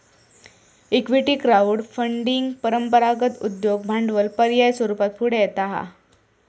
equity crowd funding परंपरागत उद्योग भांडवल पर्याय स्वरूपात पुढे येता हा